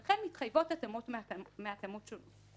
ולכן מתחייבות התאמות מהתאמות שונות.